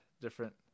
different